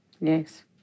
Yes